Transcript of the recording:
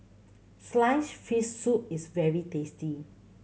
sliced fish soup is very tasty